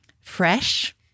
fresh